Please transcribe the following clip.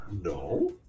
No